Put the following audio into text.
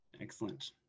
Excellent